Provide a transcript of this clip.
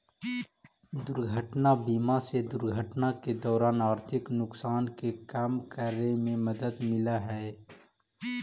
दुर्घटना बीमा से दुर्घटना के दौरान आर्थिक नुकसान के कम करे में मदद मिलऽ हई